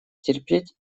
терпеть